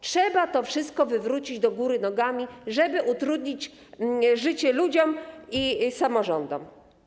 Trzeba to wszystko wywrócić do góry nogami, żeby utrudnić życie ludziom i samorządom.